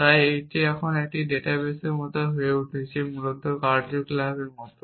তাই এটি এখন একটি ডাটাবেসের মত হয়ে উঠছে মূলত কার্যকলাপের মতো